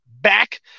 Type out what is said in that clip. back